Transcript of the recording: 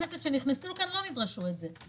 עובדי הכנסת שנכנסו לכאן, לא נדרשו להציג את זה.